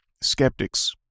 skeptics